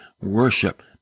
worship